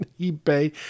eBay